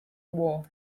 war